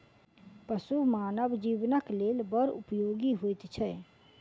पशु मानव जीवनक लेल बड़ उपयोगी होइत छै